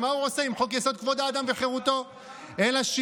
אני לא רוצה להתייחס אליך.